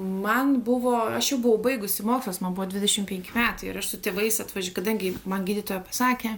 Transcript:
man buvo aš jau buvau baigusi mokslus man buvo dvidešimt penki metai ir aš su tėvais atvaž kadangi man gydytoja pasakė